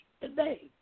today